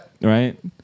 right